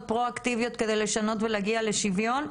פרו-אקטיביות כדי לשנות ולהגיע לשוויון,